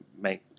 make